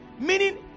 Meaning